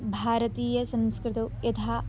भारतीयसंस्कृतौ यथा